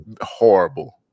horrible